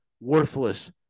worthless